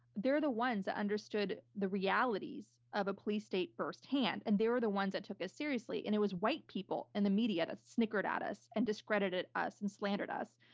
they're the ones that understood the realities of a police state firsthand. and they were the ones that took us seriously. and it was white people in and the media that snickered at us and discredited us and slandered us.